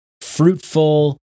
fruitful